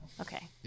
Okay